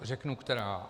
Řeknu která.